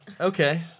okay